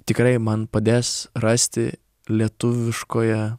tikrai man padės rasti lietuviškoje